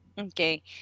Okay